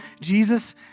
Jesus